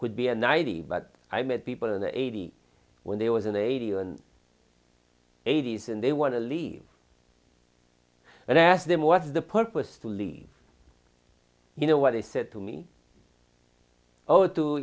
could be a ninety but i met people in the eighty's when there was an eighty and eighty's and they want to leave and i asked them what's the purpose to leave you know what they said to me or to